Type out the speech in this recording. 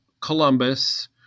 Columbus